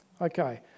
Okay